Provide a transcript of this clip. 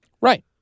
Right